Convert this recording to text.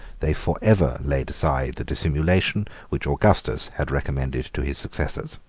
they forever laid aside the dissimulation which augustus had recommended to his successors.